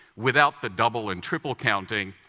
without the double and triple-counting,